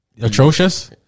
atrocious